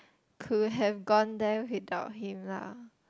could have gone there without him lah